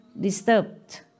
disturbed